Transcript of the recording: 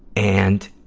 and